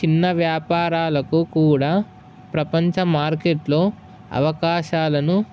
చిన్న వ్యాపారాలకు కూడా ప్రపంచ మార్కెట్లో అవకాశాలను